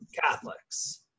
Catholics